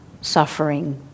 suffering